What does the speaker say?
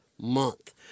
Month